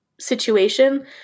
situation